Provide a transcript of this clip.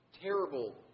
terrible